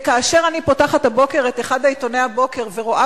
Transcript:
כאשר אני פותחת הבוקר את אחד מעיתוני הבוקר ורואה